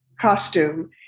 costume